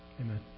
Amen